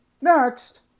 Next